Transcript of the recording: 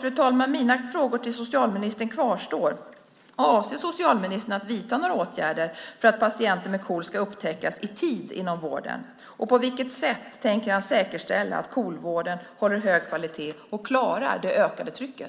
Fru talman! Mina frågor till socialministern kvarstår. Avser socialministern att vidta några åtgärder för att patienter med KOL ska upptäckas i tid inom vården? På vilket sätt tänker han säkerställa att KOL-vården håller hög kvalitet och klarar det ökade trycket?